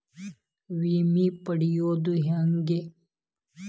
ವಿಮೆ ಪಡಿಯೋದ ಹೆಂಗ್?